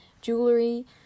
jewelry